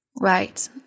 Right